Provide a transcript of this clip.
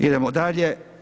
Idemo dalje.